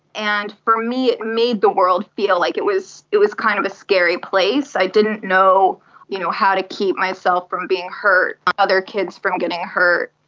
and for me it made the world feel like it was it was kind of a scary place. i didn't know you know how to keep myself from being hurt and other kids from getting hurt.